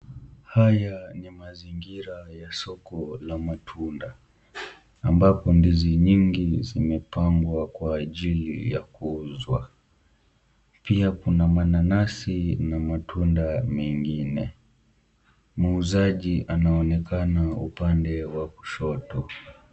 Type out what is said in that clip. Haya ni mazingira ya soko la matunda ambapo ndizi nyingi zimepangwa kwa ajili ya kuuzwa , pia kuna mananasi na matunda mengine. Muuzaji anaoenakana upande wa kushoto.